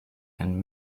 and